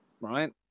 right